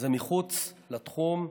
היא מחוץ לתחום.